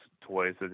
toys